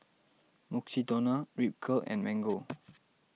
Mukshidonna Ripcurl and Mango